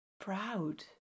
proud